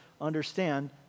understand